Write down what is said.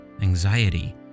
anxiety